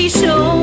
show